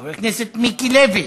חבר הכנסת מיקי לוי,